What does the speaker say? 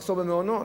מחסור במעונות.